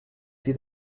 see